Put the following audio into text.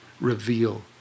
reveal